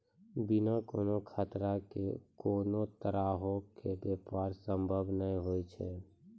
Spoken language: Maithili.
बिना कोनो खतरा के कोनो तरहो के व्यापार संभव नै होय छै